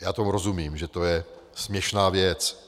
Já tomu rozumím, že to je směšná věc.